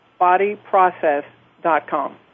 BodyProcess.com